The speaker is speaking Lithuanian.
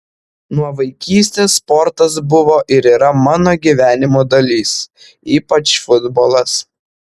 nuo vaikystės sportas buvo ir yra mano gyvenimo dalis ypač futbolas